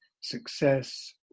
success